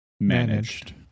Managed